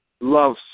love